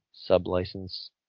Sub-license